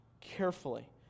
carefully